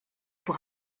pour